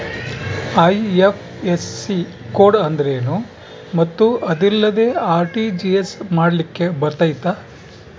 IFSC code ಅಂದ್ರೇನು ಮತ್ತು ಅದಿಲ್ಲದೆ ಆರ್.ಟಿ.ಜಿ.ಎಸ್ ಮಾಡ್ಲಿಕ್ಕೆ ಬರ್ತೈತಾ?